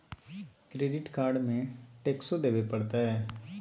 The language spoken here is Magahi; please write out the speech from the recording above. क्रेडिट कार्ड में टेक्सो देवे परते?